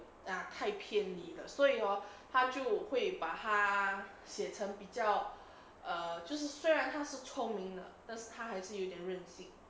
ya 太偏离了所以 hor 他就会把他写成比较呃就是虽然看似聪明呢但他还是有点任性